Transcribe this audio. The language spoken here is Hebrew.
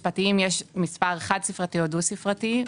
מספר חד או דו ספרתי,